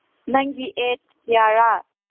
ꯅꯪꯒꯤ ꯑꯦꯖ ꯀꯌꯥꯔ